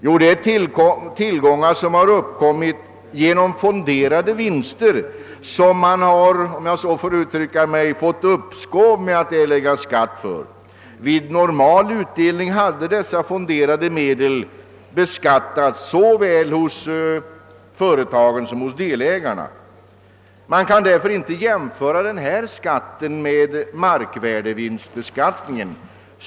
Jo, det är tillgångar som har uppkommit genom fonderade vinster för vilka man — om jag så får uttrycka mig — har fått upp skov med att erlägga skatt. Vid normal utdelning hade dessa fonderade medel beskattats såväl hos företagen som hos delägarna. Man kan därför inte jämföra denna skatt med realisationsvinstbeskattning av fastighet.